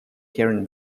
karen